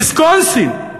ויסקונסין,